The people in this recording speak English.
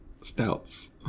stouts